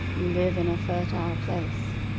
you live in a fertile place.